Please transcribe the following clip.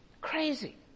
Crazy